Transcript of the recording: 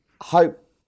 hope